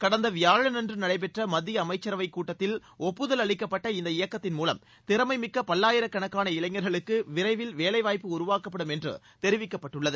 கடந்த வியாழனன்று நடைபெற்ற மத்திய அமைச்சரவை கூட்டத்தில் ஒப்புதல் அளிக்கப்பட்ட இந்த இயக்கத்தின் மூலம் திறமைமிக்க பல்லாயிரக்கணக்கான இளைஞர்களுக்கு விரைவில் வேலைவாய்ப்பு உருவாக்கப்படும் என்றும் தெரிவிக்கப்பட்டுள்ளது